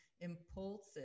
impulsive